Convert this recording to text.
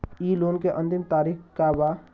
इ लोन के अन्तिम तारीख का बा?